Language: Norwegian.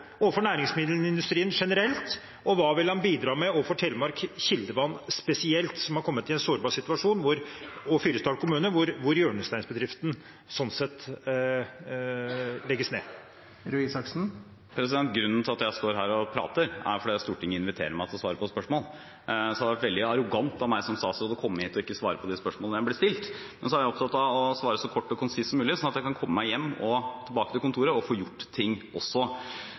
overfor næringsmiddelindustrien generelt, og hva vil han bidra med overfor Telemark Kildevann og Fyresdal kommune spesielt, som har kommet i en sårbar situasjon hvor hjørnesteinsbedriften legges ned? Grunnen til at jeg står her og prater, er at Stortinget inviterer meg til å svare på spørsmål. Det hadde vært veldig arrogant av meg som statsråd å komme hit og ikke svare på de spørsmålene jeg ble stilt. Jeg er opptatt av å svare så kort og konsist som mulig, slik at jeg kan komme meg tilbake til kontoret og få gjort ting.